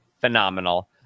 phenomenal